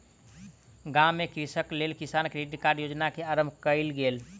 गाम में कृषकक लेल किसान क्रेडिट कार्ड योजना के आरम्भ कयल गेल